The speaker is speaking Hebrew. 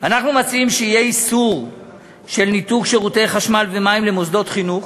אנחנו מציעים שיהיה איסור ניתוק שירותי חשמל ומים למוסדות חינוך.